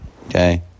Okay